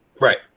Right